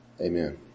Amen